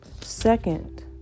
second